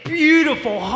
beautiful